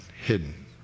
hidden